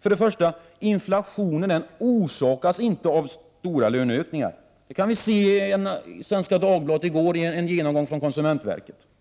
Först och främst orsakas inflationen inte av stora löneökningar. I Svenska Dagbladet för i går kan vi läsa en genomgång som konsumentverket har gjort.